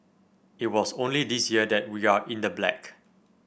it was only this year that we are in the black